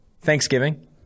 Thanksgiving